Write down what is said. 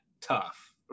tough